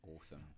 awesome